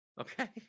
okay